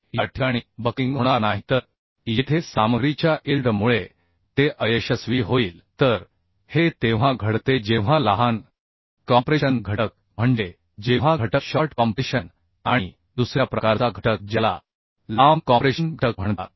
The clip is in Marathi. या ठिकाणी बक्लिंग होणार नाही तर येथे सामग्रीच्या इल्ड मुळे ते अयशस्वी होईल तर हे तेव्हा घडते जेव्हा लहान कॉम्प्रेशन घटक म्हणजे जेव्हा घटक शॉर्ट कॉम्प्रेशन आणि दुसर्या प्रकारचा घटक ज्याला लांब कॉम्प्रेशन घटक म्हणतात